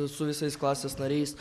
su visais klasės nariais